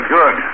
good